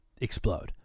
explode